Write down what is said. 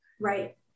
Right